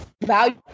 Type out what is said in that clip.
value